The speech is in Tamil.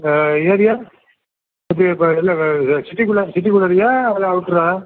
ஏரியா இப்போ இப்போ இல்லை சிட்டிக்குள்ள சிட்டிக்குள்ளறா இல்லை அவுட்டர்